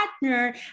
partner